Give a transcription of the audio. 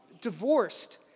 divorced